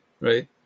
Right